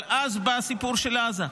אבל אז בא הסיפור של עזה,